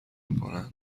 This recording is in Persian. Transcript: میکنند